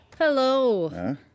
Hello